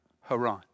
Haran